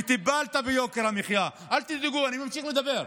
וטיפלת ביוקר המחיה, אל תדאגו, אני ממשיך לדבר.